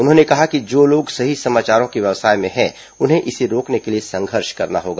उन्होंने कहा कि जो लोग सही समाचारों के व्यवसाय में हैं उन्हें इसे रोकने के लिए संघर्ष करना होगा